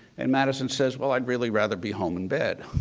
and madison says, well, i'd really rather be home in bed,